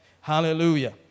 Hallelujah